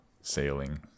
sailing